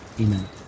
Amen